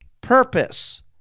purpose